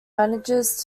manages